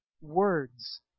words